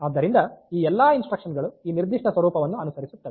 ಆದ್ದರಿಂದ ಈ ಎಲ್ಲಾ ಇನ್ಸ್ಟ್ರಕ್ಷನ್ ಗಳು ಈ ನಿರ್ದಿಷ್ಟ ಸ್ವರೂಪವನ್ನು ಅನುಸರಿಸುತ್ತವೆ